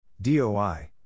DOI